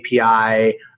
API